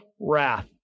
wrath